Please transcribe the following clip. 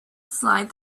slide